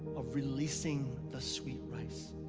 of releasing the sweet rice.